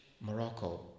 Morocco